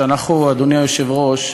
אדוני היושב-ראש,